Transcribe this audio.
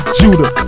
Judah